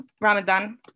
Ramadan